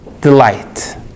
delight